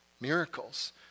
miracles